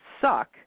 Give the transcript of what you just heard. suck